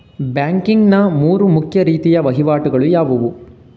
Banking ನ ಮೂರು ಮುಖ್ಯ ರೀತಿಯ ವಹಿವಾಟುಗಳು ಯಾವುವು?